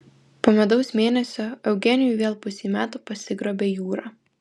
po medaus mėnesio eugenijų vėl pusei metų pasigrobė jūra